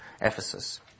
Ephesus